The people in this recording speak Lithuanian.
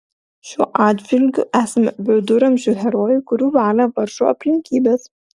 šiuo atžvilgiu esame viduramžių herojai kurių valią varžo aplinkybės